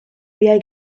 viaj